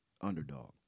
underdog